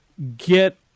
get